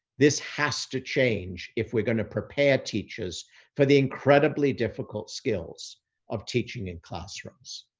this has to change if we're going to prepare teachers for the incredibly difficult skills of teaching in classrooms.